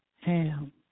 Ham